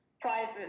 private